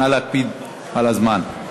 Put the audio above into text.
נא להקפיד על הזמן.